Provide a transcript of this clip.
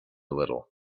little